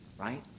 right